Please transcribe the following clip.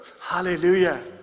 Hallelujah